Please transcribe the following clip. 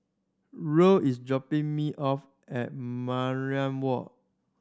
Roll is dropping me off at Mariam Walk